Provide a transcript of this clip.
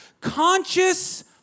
conscious